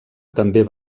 també